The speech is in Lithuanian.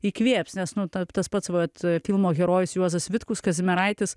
įkvėps nes nu ta tas pats vat filmo herojus juozas vitkus kazimieraitis